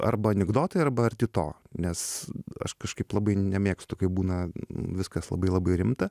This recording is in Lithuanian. arba anikdotai arba arti to nes aš kažkaip labai nemėgstu kai būna viskas labai labai rimta